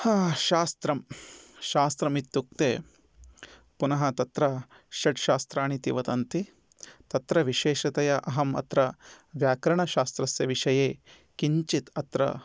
हा शास्त्रं शास्त्रमित्युक्ते पुनः तत्र षट्शास्त्राणि इति वदन्ति तत्र विशेषतया अहम् अत्र व्याकरणशास्त्रस्य विषये किञ्चित् अत्र